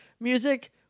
music